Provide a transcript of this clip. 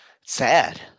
Sad